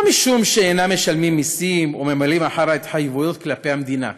לא משום שאינם משלמים מסים או ממלאים אחר ההתחייבויות כלפי המדינה,